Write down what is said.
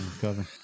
cover